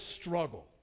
struggle